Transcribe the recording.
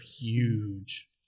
huge